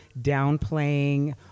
downplaying